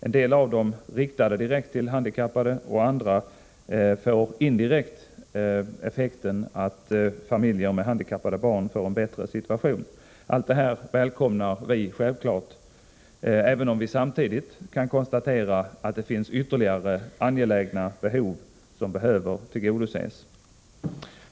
En del av dem är riktade direkt till de handikappade, och andra får indirekt till effekt att föräldrar till handikappade barn får en bättre situation. Allt detta välkomnar vi självfallet, även om vi samtidigt kan konstatera att det kvarstår angelägna behov som behöver tillgodoses.